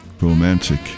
romantic